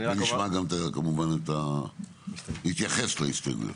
וכמובן שנתייחס גם להסתייגויות.